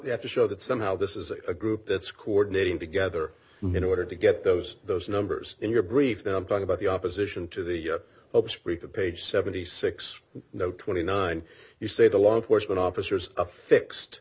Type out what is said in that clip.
you have to show that somehow this is a group that's coordinating together in order to get those those numbers in your brief talk about the opposition to the help speak of page seventy six no twenty nine you say the law enforcement officers a fixed